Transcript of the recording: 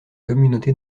communautés